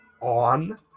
on